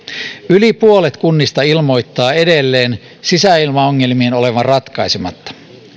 yli puolet kunnista ilmoittaa edelleen sisäilmaongelmien olevan ratkaisematta